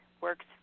works